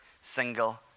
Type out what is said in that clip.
single